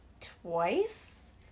twice